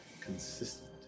consistent